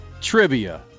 trivia